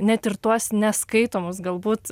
net ir tuos neskaitomus galbūt